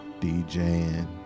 DJing